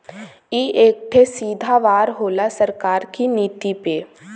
ई एक ठे सीधा वार होला सरकार की नीति पे